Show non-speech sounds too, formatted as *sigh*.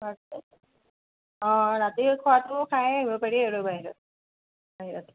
*unintelligible* অঁ ৰাতি খোৱাতো খাইয়ে আহিব পাৰি আৰু বাহিৰত বাহিৰত